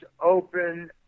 open